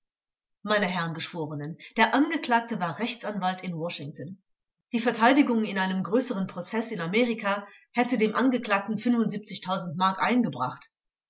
meine herren geschworenen der angeklagte war rechtsanwalt in washington die verteidigung in einem größeren prozeß in amerika hätte dem angeklagten mark eingebracht